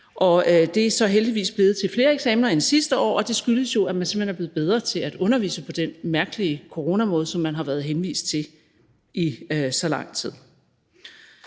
Det er så heldigvis blevet til flere eksamener end sidste år, og det skyldes jo, at man simpelt hen er blevet bedre til at undervise på den mærkelige coronamåde, som man har været henvist til i så lang tid.